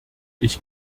ich